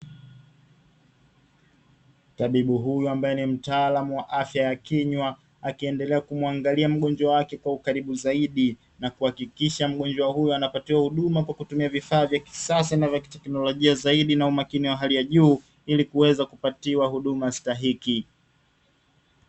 Tabibu huyu ambaye ni mtaalamu wa afya ya kinywa akiendela kumwangalia mgonjwa wake kwa ukaribu zaidi, na kuhakikisha mgonjwa huyo anapatiwa huduma kwa kutumia vifaa vya kisasa na vya kiteknolojia zaidi na umakini wa hali ya juu ili kuweza kupatiwa huduma stahiki.